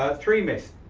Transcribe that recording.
ah three myths.